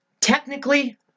technically